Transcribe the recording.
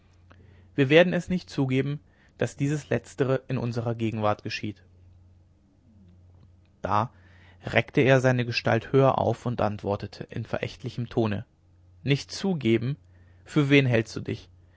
wir werden es nicht zugeben daß dies letztere in unserer gegenwart geschieht da reckte er seine gestalt höher auf und antwortete in verächtlichem tone nicht zugeben für wen hältst du dich